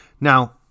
Now